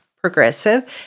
progressive